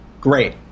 Great